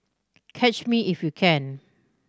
catch me if you can